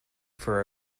for